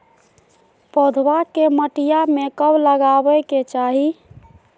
पौधवा के मटिया में कब लगाबे के चाही?